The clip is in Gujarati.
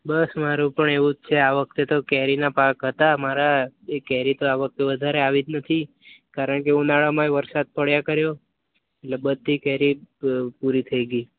બસ મારું પણ એવું જ છે આ વખતે તો કેરીના પાક હતા મારા એ કેરી તો આ વખતે તો વધારે આવી જ નથી કારણ કે ઉનાળામાં એ વરસાદ પડ્યા કર્યો એટલે બધી કેરી પૂરી થઈ ગઈ